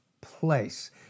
place